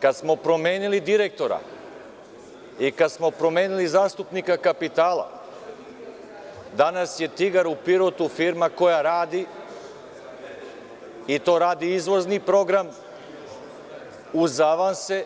Kad smo promenili direktora i kad smo promenili zastupnika kapitala, danas je „Tigar“ u Pirotu firma koja radi, i to radi izvozni program, uz avanse,